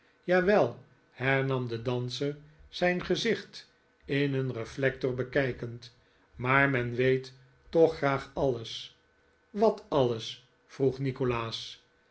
jawel hernam de danser zijn gezicht in een reflector bekijkend maar men weet toch graag alles wat alles vroeg nikolaas